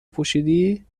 پوشیدی